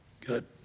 Good